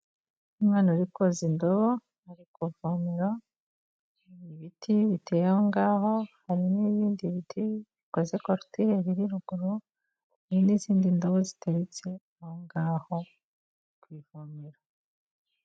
Umwana uri koza indobo, ari kuvomera ibiti biteye aho ngaho. Hari n'ibindi biti bikoze kokiteri biri ruguru, n'izindi ndabo ziteretse aho ngaho ku ivomero.